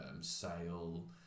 Sale